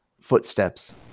footsteps